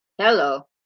Hello